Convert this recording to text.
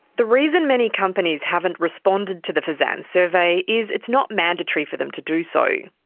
the reason many companies haven't responded to the fsanz survey is it's not mandatory for them to do so. yeah